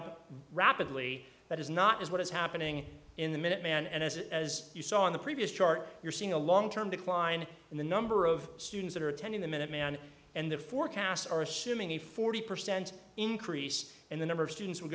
up rapidly that is not is what is happening in the minuteman and as as you saw in the previous chart you're seeing a long term decline in the number of students that are attending the minuteman and the forecasts are assuming a forty percent increase in the number of students w